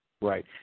Right